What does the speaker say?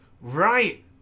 right